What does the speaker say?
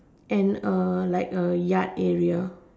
and a like a yard area